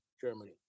Germany